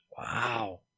Wow